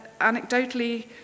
anecdotally